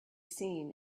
seen